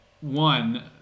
One